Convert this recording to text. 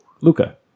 Luca